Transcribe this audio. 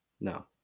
No